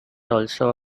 also